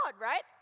right